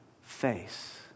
face